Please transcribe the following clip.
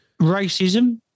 racism